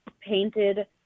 painted